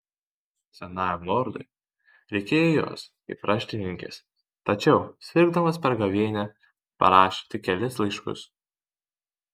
senajam lordui reikėjo jos kaip raštininkės tačiau sirgdamas per gavėnią parašė tik kelis laiškus